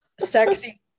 sexy